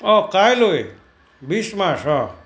অঁ কাইলৈ বিছ মাৰ্চ অঁ